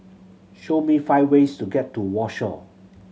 show me five ways to get to Warsaw